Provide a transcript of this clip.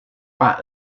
pak